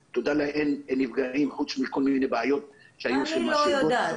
אז תודה לאל אין נפגעים חוץ מכל מיני בעיות שהיו --- אני לא יודעת,